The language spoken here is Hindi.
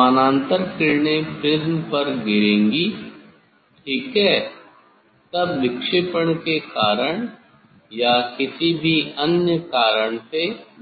समानांतर किरणें प्रिज़्म पर गिरेंगी ठीक है तब विक्षेपण के कारण या किसी भी अन्य कारण